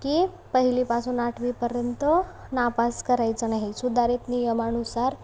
की पहिलीपासून आठवीपर्यंत नापास करायचं नाही सुधारित नियमानुसार